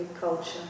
culture